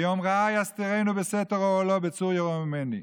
"ביום רעה יסתרני בסתר אהלו בצור ירוממני.